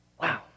Wow